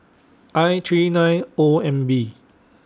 I three nine O M B